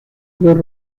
los